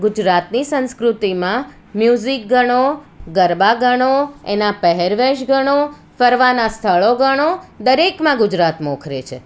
ગુજરાતની સંસ્કૃતિમાં મ્યુઝીક ગણો ગરબા ગણો એના પહેરવેશ ગણો ફરવાનાં સ્થળો ગણો દરેકમાં ગુજરાત મોખરે છે